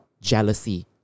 jealousy